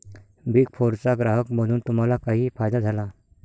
Big फोरचा ग्राहक बनून तुम्हाला काही फायदा झाला?